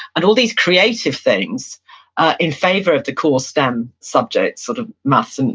and all these creative things in favor of the core stem subjects, sort of maths, and